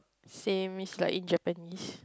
same it's like in Japanese